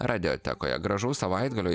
radiotekoje gražaus savaitgalio